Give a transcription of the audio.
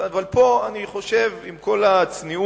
אבל פה אני חושב, עם כל הצניעות